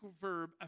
verb